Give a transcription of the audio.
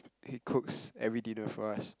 he cooks every dinner for us